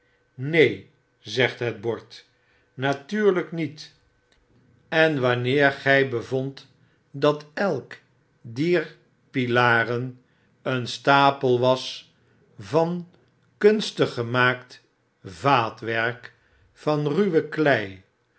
bord natuurlyk niet en wanneer gy be vondt dat elk wat een taeelbord mtj vertelde dier pilaren een stapel was van kunstig gemaakt vaatwerk van ruwe klei